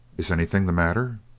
is anything the matter?